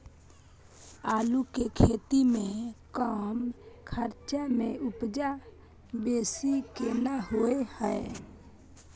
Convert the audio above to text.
आलू के खेती में कम खर्च में उपजा बेसी केना होय है?